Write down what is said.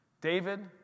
David